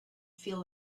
feel